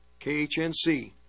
KHNC